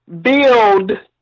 build